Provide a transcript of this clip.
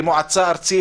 כמועצה ארצית.